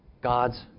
God's